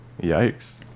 Yikes